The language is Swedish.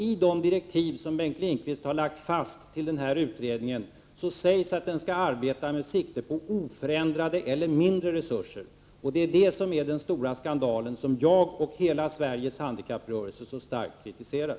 I de direktiv som Bengt Lindqvist har lagt fast för utredningen sägs att den skall arbeta med sikte på oförändrade eller mindre resurser. Det är den stora skandal som jag och hela Sveriges handikapprörelse så starkt kritiserar.